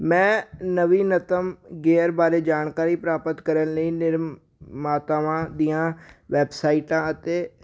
ਮੈਂ ਨਵੀਨਤਮ ਗੇਅਰ ਬਾਰੇ ਜਾਣਕਾਰੀ ਪ੍ਰਾਪਤ ਕਰਨ ਲਈ ਨਿਰਮਾਤਾਵਾਂ ਦੀਆਂ ਵੈਬਸਾਈਟਾਂ ਅਤੇ